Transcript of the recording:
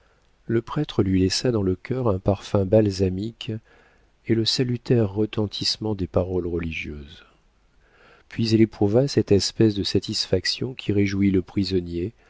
le prêtre lui laissa dans le cœur un parfum balsamique et le salutaire retentissement des paroles religieuses puis elle éprouva cette espèce de satisfaction qui réjouit le prisonnier